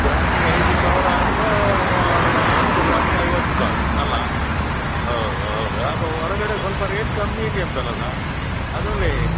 ಗ್ರಾಮಿಗೆ ಐದು ಸಾವಿರ ಅಂದರೆ ಒಂದು ಹತ್ತು ಗ್ರಾಮಿಗೆ ಐವತ್ತು ಸಾವಿರ ಅಲ್ವ ಹೌದು ಹೌದು ಯಪ್ಪಾ ಹೊರಗಡೆ ಸ್ವಲ್ಪ ರೇಟ್ ಕಮ್ಮಿ ಇದ್ಯಂತಲ್ಲ ಸರ್ ಅದರಲ್ಲಿ